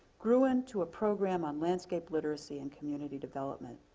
grew into a program on landscape literacy and community development.